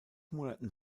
monaten